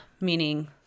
meaning